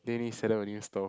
then you need set up a new store